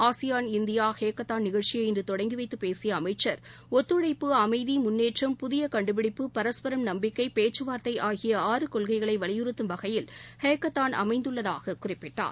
ASEAN India hackathon நிகழ்ச்சியை இன்று தொடங்கி வைத்துப் பேசிய அமைச்சர் ஒத்தழைப்பு அம்தி முன்னேற்றம் புதிய கண்டுபிடிப்பு பரஸ்பரம் நம்பிக்கை பேச்சுவார்த்தை ஆகிய ஆறு கொள்கைகளை வலியுறுத்தும் வகையில் ஹேக்கத்தான் அமைந்துள்ளதாக குறிப்பிட்டார்